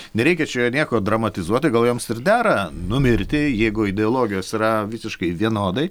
nereikia čia nieko dramatizuoti gal joms ir dera numirti jeigu ideologijos yra visiškai vienodai